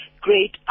great